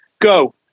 go